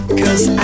cause